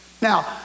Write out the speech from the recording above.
Now